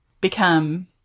become